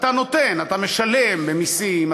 אתה משלם במסים,